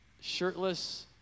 Shirtless